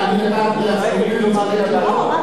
אני רק, כבוד השרה, מותר לה לצעוק.